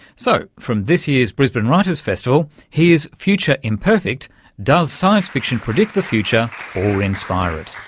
so, from this year's brisbane writers festival here's future imperfect does science fiction predict the future or inspire it?